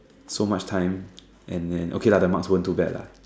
so much time and then okay lah the marks weren't too bad lah